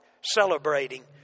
celebrating